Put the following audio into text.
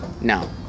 No